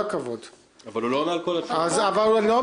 אבל יש לי שאלה.